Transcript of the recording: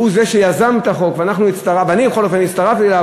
שהוא שיזם את החוק ואני בכל אופן הצטרפתי אליו,